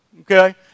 Okay